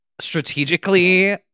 strategically